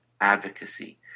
advocacy